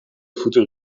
voeten